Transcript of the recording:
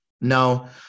no